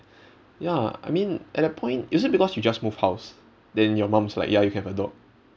ya I mean at that point is it because you just move house then your mum is like ya you can have a dog